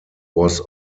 was